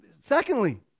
Secondly